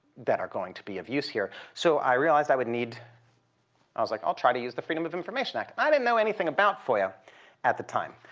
that are going to be of use here. so i realized i would need i was like, i'll try to use the freedom of information act. i didn't know anything about foia at the time,